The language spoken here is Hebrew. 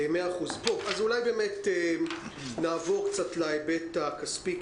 נעבור קצת להיבט הכספי,